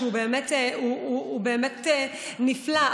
שהוא באמת נפלא,